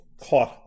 caught